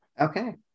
Okay